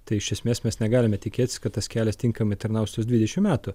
tai iš esmės mes negalime tikėtis kad tas kelias tinkamai tarnaus tuos dvidešim metų